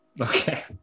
okay